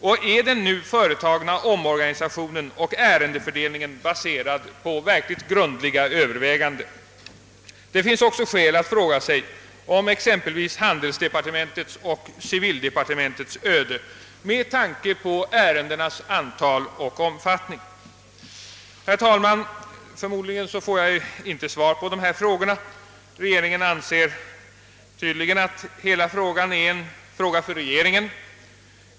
Och är den nu företagna omorganisationen och ärendefördelningen baserad på verkligt grundliga överväganden? Det finns också skäl att ställa en fråga om exempelvis handelsdepartementets och civildepartementets öde med tanke på ärendenas antal och omfattning. Herr talman! Förmodligen får jag inte svar på dessa frågor. Regeringen anser tydligen att hela frågan är en fråga för regeringen.